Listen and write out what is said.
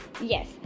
Yes